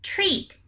Treat